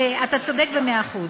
אתה צודק במאה אחוז,